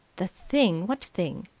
the thing? what thing?